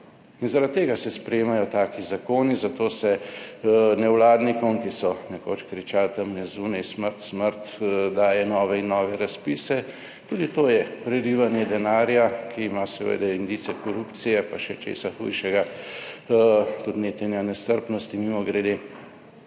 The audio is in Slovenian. in zaradi tega se sprejemajo taki zakoni. Zato se nevladnikom, ki so nekoč kričali tamle zunaj smrt, smrt, daje nove in nove razpise. Tudi to je prelivanje denarja, ki ima seveda indice korupcije, pa še česa hujšega, tudi netenja nestrpnosti, mimogrede.